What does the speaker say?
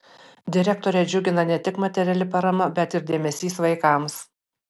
direktorę džiugina ne tik materiali parama bet ir dėmesys vaikams